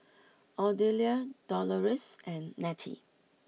Odelia Doloris and Nettie